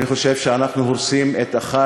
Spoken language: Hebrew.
אני חושב שאנחנו הורסים את אחד